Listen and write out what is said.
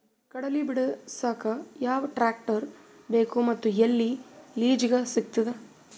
ಕಡಲಿ ಬಿಡಸಕ್ ಯಾವ ಟ್ರ್ಯಾಕ್ಟರ್ ಬೇಕು ಮತ್ತು ಎಲ್ಲಿ ಲಿಜೀಗ ಸಿಗತದ?